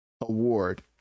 award